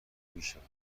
میشوند